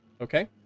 Okay